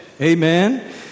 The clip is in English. Amen